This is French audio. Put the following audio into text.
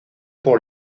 pour